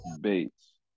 Bates